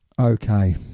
Okay